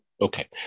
Okay